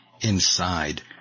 inside